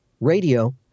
radio